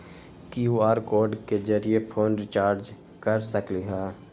QR code के जरिय phone recharge कर सकली ह?